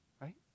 right